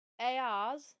ARs